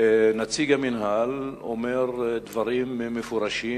נציג המינהל אומר דברים מפורשים: